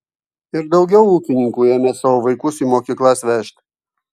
ir daugiau ūkininkų ėmė savo vaikus į mokyklas vežti